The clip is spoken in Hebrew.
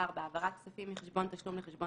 (4)העברת כספים מחשבון תשלום לחשבון